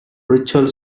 ritual